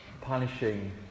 punishing